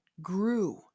grew